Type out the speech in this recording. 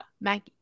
Maggie